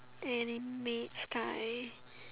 any maid sky